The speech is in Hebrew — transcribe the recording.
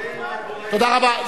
תודה רבה.